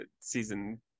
season